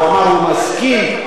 הוא אמר: אני מסכים.